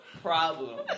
problem